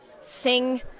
sing